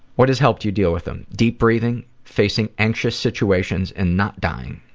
what has helped you deal with them? deep breathing, facing anxious situations and not dying.